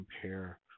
compare